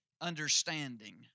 Understanding